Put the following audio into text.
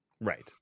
Right